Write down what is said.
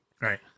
Right